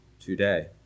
today